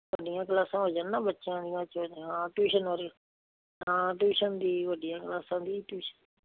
ਵੱਡੀਆਂ ਕਲਾਸਾਂ ਹੋ ਜਾਣ ਨਾ ਬੱਚਿਆਂ ਦੀਆਂ ਬੱਚਿਆ ਦੀਆਂ ਹਾਂ ਟਿਊਸ਼ਨ ਵਾਲੀ ਤਾਂ ਟਿਊਸ਼ਨ ਦੀ ਵਧੀਆ ਕਲਾਸਾਂ ਦੀ ਟਿਊਸ਼